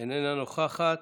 איננה נוכחת,